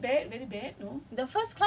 um no but like